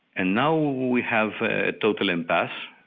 and now we have ah total impasse,